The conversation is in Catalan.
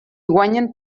guanyen